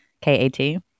K-A-T